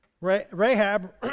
Rahab